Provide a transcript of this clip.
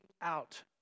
out